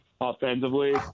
offensively